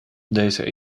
deze